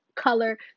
color